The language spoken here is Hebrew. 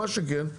מה שכן,